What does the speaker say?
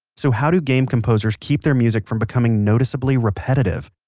so how do game composers keep their music from becoming noticeably repetitive?